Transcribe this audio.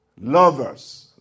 Lovers